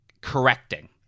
correcting